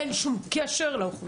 ואין לזה שום קשר לאוכלוסייה.